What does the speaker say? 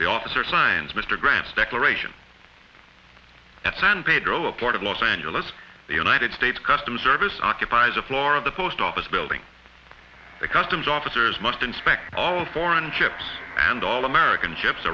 the officer signs mr grant's declaration at san pedro a port of los angeles the united states customs service occupies a floor of the post office building the customs officers must inspect all foreign ships and all american ships